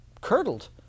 curdled